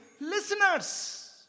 listeners